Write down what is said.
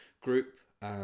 group